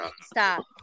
Stop